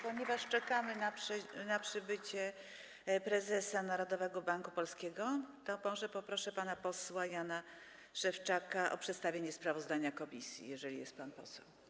Ponieważ czekamy na przybycie prezesa Narodowego Banku Polskiego, to może poproszę pana posła Jana Szewczaka o przedstawienie sprawozdania komisji, jeżeli jest pan poseł.